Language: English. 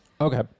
Okay